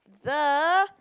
the